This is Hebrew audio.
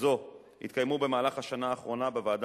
זו התקיימו במהלך השנה האחרונה בוועדה